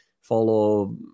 follow